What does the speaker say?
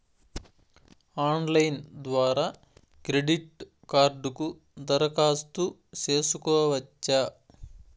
Online ద్వారా credit కార్డుకు దరఖాస్తు సేసుకోవచ్చా?